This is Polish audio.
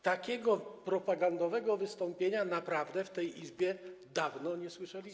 Takiego propagandowego wystąpienia naprawdę w tej Izbie dawno nie słyszeliśmy.